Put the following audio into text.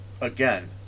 Again